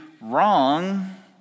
wrong